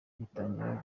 itangira